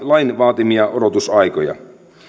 lain vaatimia odotusaikoja